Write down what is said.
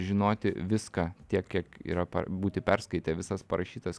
žinoti viską tiek kiek yra būti perskaitę visas parašytas